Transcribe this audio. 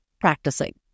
practicing